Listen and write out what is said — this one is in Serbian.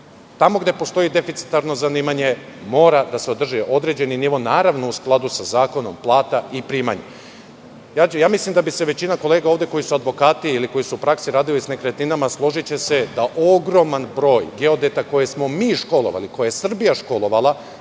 tamo gde postoji deficitarno zanimanje mora da sadrži određeni nivo, naravno, u skladu sa zakonom plata i primanja. Mislim da bi se većina kolega ovde koji su advokati ili koji su u praksi radili sa nekretninama složila da ogroman broj geodeta koje smo mi školovali, koje je Srbija školovala,